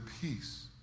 peace